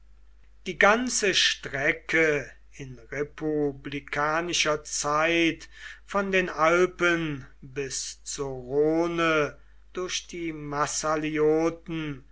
die ganze strecke in republikanischer zeit von den alpen bis zur rhone durch die